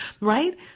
right